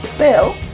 Bill